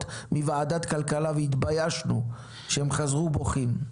מוועדת כלכלה והתביישנו שהם חזרו בוכים.